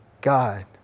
God